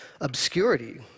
obscurity